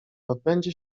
odbędzie